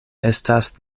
estas